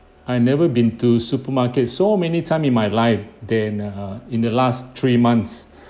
I've never been to supermarket so many time in my life than err in the last three months